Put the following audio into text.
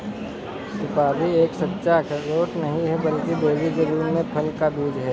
सुपारी एक सच्चा अखरोट नहीं है, बल्कि बेरी के रूप में फल का बीज है